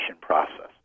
process